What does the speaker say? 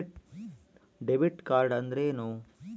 Debit card ಅಂದ್ರೇನು?